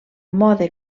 mode